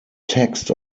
text